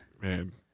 Man